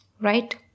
Right